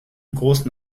großen